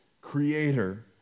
creator